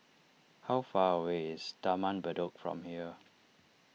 how far away is Taman Bedok from here